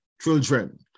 children